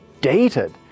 dated